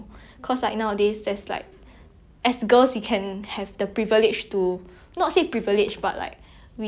we achieve a place where we can think about what we want in our own life rather than thinking about like